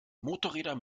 motorräder